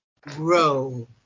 grow